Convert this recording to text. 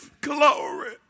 Glory